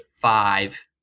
five